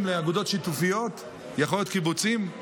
לאגודות שיתופיות זה יכול להיות קיבוצים,